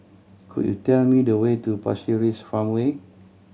could you tell me the way to Pasir Ris Farmway